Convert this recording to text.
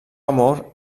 amor